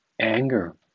anger